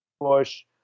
Bush